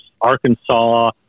Arkansas